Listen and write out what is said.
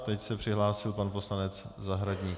Teď se přihlásil pan poslanec Zahradník.